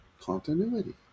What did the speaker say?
continuity